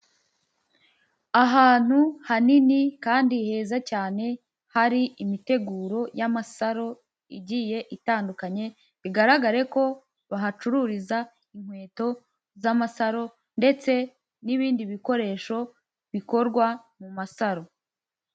Ahantu hanini kandi heza cyane hari imiteguro y'amasaro igiye itandukanye bigaragare ko bahacururiza inkweto z'amasaro ndetse n'ibindi bikoresho bikorwa mu masaro.